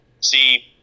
see